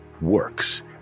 works